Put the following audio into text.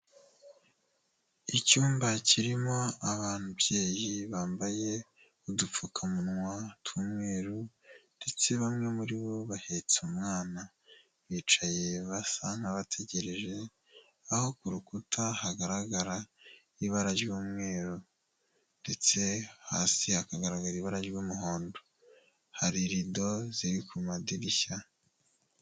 Icyumba kirimo ababyeyi bambaye udupfukamunwa tw'umweru ndetse bamwe muri bo bahetse umwana, bicaye basa nk'abategereje, aho ku rukuta hagaragara ibara ry'umweru ndetse hasi hakagaragara ibara ry'umuhondo. Hari rido ziri ku madirishya.